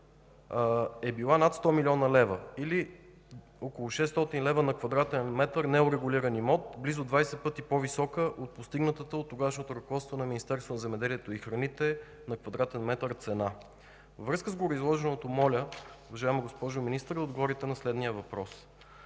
е била над 100 млн. лв., или около 600 лв. на кв.м неурегулиран имот – близо 20 пъти по-висока от постигнатата от тогавашното ръководство на Министерството на земеделието и храните цена на квадратен метър цена. Във връзка с гореизложеното моля, уважаема госпожо Министър, да отговорите на следния въпрос: